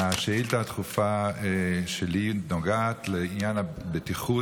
השאילתה הדחופה שלי נוגעת לעניין הבטיחות